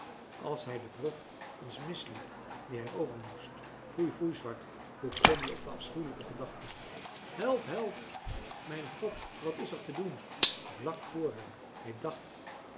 als hij de brug eens misliep die hij over moest foei foei swart hoe kom je op de afschuwelijke gedachte help help mijn god wat is er te doen vlak vr hem hij dacht